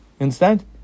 understand